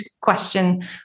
question